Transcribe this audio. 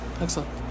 Excellent